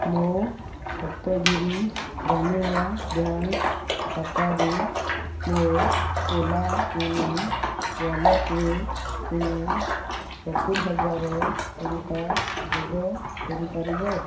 ମୋ ସପ୍ତଗିରି ଗ୍ରାମୀଣ ବ୍ୟାଙ୍କ ଖାତାରୁ ମୋ ଓଲା ମନି ୱାଲେଟ୍ରେ ତୁମେ ସତୁରୀ ହଜାର ଟଙ୍କା ଯୋଗ କରିପାରିବ